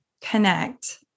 connect